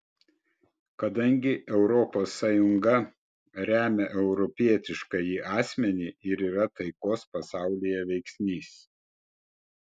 kadangi europos sąjunga remia europietiškąjį asmenį ir yra taikos pasaulyje veiksnys